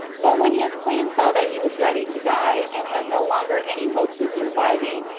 but when his queen saw that he was ready to die, and had no longer any hopes of surviving,